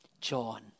John